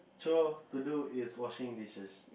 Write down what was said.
chore to do is washing dishes